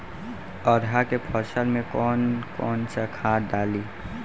अरहा के फसल में कौन कौनसा खाद डाली?